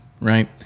right